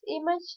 image